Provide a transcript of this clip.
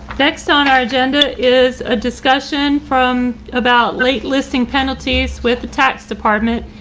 next on our agenda is a discussion from about late listing penalties with tax department,